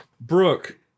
Brooke